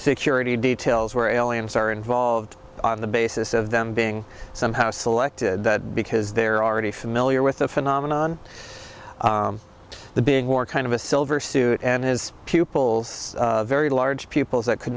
security details were aliens are involved on the basis of them being somehow selected because they're already familiar with the phenomenon of the big war kind of a silver suit and his pupils very large pupils that could